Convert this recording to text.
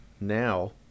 now